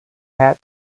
had